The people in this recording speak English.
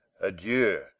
adieu